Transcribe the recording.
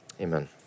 Amen